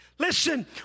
Listen